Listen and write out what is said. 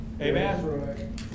Amen